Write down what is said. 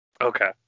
Okay